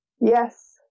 Yes